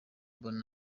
mbona